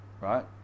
right